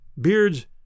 beards